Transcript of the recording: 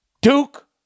Duke